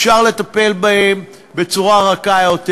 אפשר לטפל בהם בצורה רכה יותר,